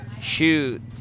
shoot